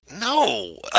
no